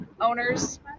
owners